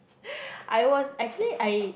I was actually I